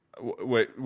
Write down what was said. Wait